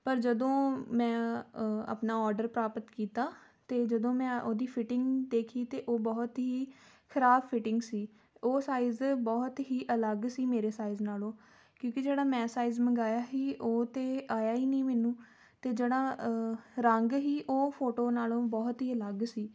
ਪਰ ਜਦੋਂ ਮੈਂ ਆਪਣਾ ਔਡਰ ਪ੍ਰਾਪਤ ਕੀਤਾ ਅਤੇ ਜਦੋਂ ਮੈਂ ਉਹਦੀ ਫਿਟਿੰਗ ਦੇਖੀ ਤਾਂ ਉਹ ਬਹੁਤ ਹੀ ਖ਼ਰਾਬ ਫਿਟਿੰਗ ਸੀ ਉਹ ਸਾਈਜ਼ ਬਹੁਤ ਹੀ ਅਲੱਗ ਸੀ ਮੇਰੇ ਸਾਈਜ਼ ਨਾਲੋਂ ਕਿਉਂਕਿ ਜਿਹੜਾ ਮੈਂ ਸਾਈਜ਼ ਮੰਗਵਾਇਆ ਸੀ ਉਹ ਤਾਂ ਆਇਆ ਹੀ ਨਹੀਂ ਮੈਨੂੰ ਅਤੇ ਜਿਹੜਾ ਰੰਗ ਸੀ ਉਹ ਫੋਟੋ ਨਾਲੋਂ ਬਹੁਤ ਹੀ ਅਲੱਗ ਸੀ